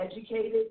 educated